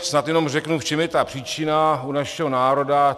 Snad jenom řeknu, v čem je ta příčina u našeho národa.